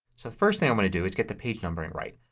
the first thing i'm going to do is get the page number and right.